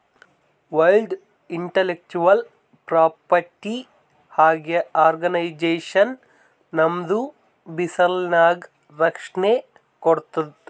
world intellectual property organization ನಮ್ದು ಬಿಸಿನ್ನೆಸ್ಗ ರಕ್ಷಣೆ ಕೋಡ್ತುದ್